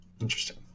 Interesting